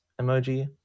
emoji